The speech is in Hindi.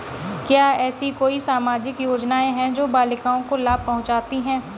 क्या ऐसी कोई सामाजिक योजनाएँ हैं जो बालिकाओं को लाभ पहुँचाती हैं?